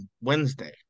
Wednesday